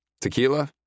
Tequila